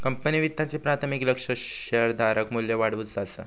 company वित्ताचे प्राथमिक लक्ष्य शेअरधारक मू्ल्य वाढवुचा असा